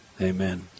Amen